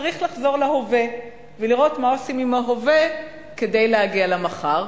צריך לחזור להווה ולראות מה עושים עם ההווה כדי להגיע למחר,